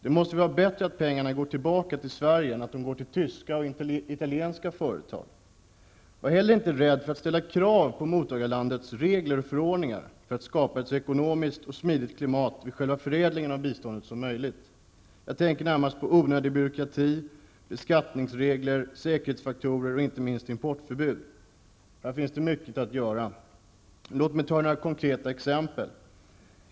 Det måste väl vara bättre att pengarna går tillbaka till Sverige än att de går till tyska eller italienska företag. Var heller inte rädd för att ställa krav på mottagarlandets regler och förordningar. Det gäller ju att skapa ett så ekonomiskt och smidigt klimat som möjligt vid själva förädlingen av biståndet. Jag tänker då närmast på sådant som onödig byråkrati, beskattningsregler, säkerhetsfaktorer och, inte minst, importförbud. Här finns det mycket att göra! Låt mig ta några konkreta exempel.